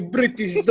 British